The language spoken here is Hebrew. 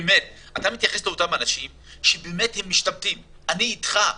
לאותם אנשים שבאמת משתמטים אני אתך.